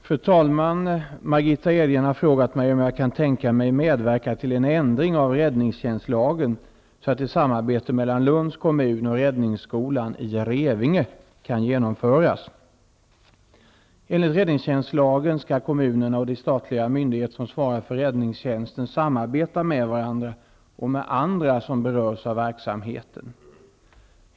Fru talman! Margitta Edgren har frågat mig om jag kan tänka mig att medverka till en ändring av räddningstjänstlagen så att ett samarbete mellan Lunds kommun och räddningsskolan i Revinge kan genomföras. Enligt räddningstjänstlagen skall kommunerna och de statliga myndigheter som svarar för räddningstjänsten samarbeta med varandra och med andra som berörs av verksamheten.